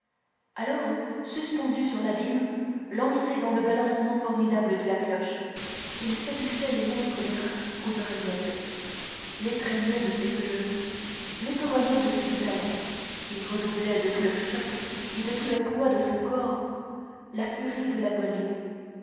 alors suspendu sur l'abîme lancé dans le balancement formidable de la cloche il saisissait le monstre d'airain aux oreillettes l'étreignait de ses deux genoux l'éperonnait de ses deux talons et redoublait de tout le choc et de tout le poids de son corps la furie de la volée